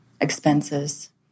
expenses